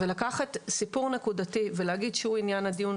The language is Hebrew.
לקחת סיפור נקודתי ולהגיד שהוא עניין הדיון,